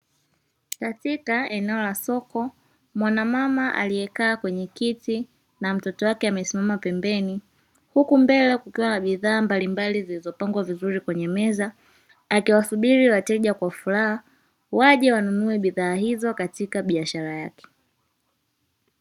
Katika eneo la soko mwana mama aliyeka kwenye kiti na mtoto wake amesimama pembeni, huku mbele kukiwa na bidhaa mbalimbali zilizopangwa vizuri kwenye meza akiwasubiri wateja kwa furaha wake wanunue bidhaa hizo katika biashara yake.